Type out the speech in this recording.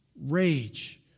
rage